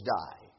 die